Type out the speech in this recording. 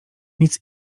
nic